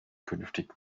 künftig